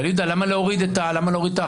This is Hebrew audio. יהודה, למה להוריד את האחוזים?